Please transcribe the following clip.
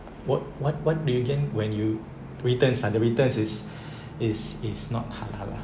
what what what do you gain when you return ah the returns is is not halal lah